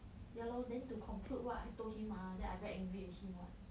ya lor then to conclude what I told him ah then I very angry at him what